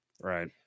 right